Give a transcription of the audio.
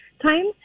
time